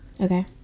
okay